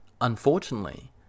Unfortunately